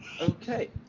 Okay